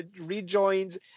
rejoins